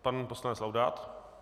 Pan poslanec Laudát.